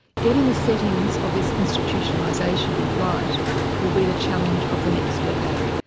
getting the settings of this institutionalization right will be the challenge of the next decade.